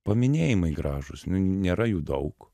paminėjimai gražūs nu nėra jų daug